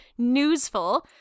newsful